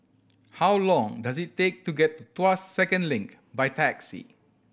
how long does it take to get to Tuas Second Link by taxi